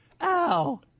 ow